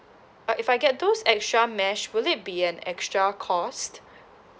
uh if I get those extra mesh will it be an extra cost